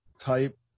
type